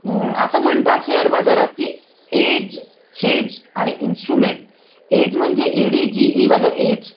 असं म्हणतात शेअर बाजारात की एज हेज आणि इन्स्ट्रुमेंट एज म्हणजे ई डी जी ईवालं एज